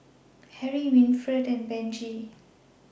Harriet Winnifred and Benji